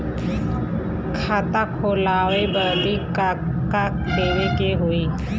खाता खोलावे बदी का का देवे के होइ?